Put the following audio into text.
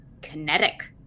kinetic